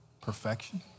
perfection